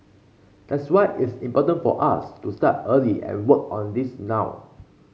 that's why it's important for us to start early and work on this now